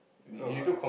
oh err